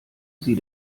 sie